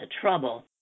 trouble